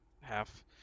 half